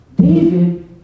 David